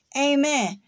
Amen